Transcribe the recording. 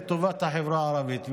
לטובת החברה הערבית.